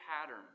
pattern